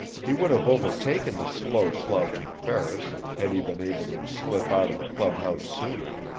he would have overtaken the slow-slouching ferris, had he been able to slip out of the clubhouse sooner.